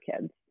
kids